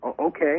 okay